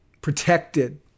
Protected